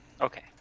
Okay